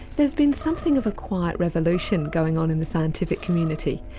there's been something of a quiet revolution going on in the scientific community.